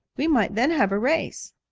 we might then have a race.